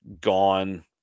gone